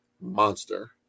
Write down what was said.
monster